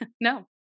No